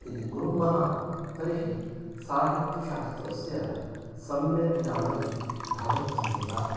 यदि कुर्मः तर्हि साहित्यशास्त्रस्य सम्यक् ज्ञानं भवत्येव